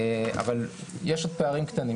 אבל יש עוד פערים קטנים,